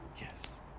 Yes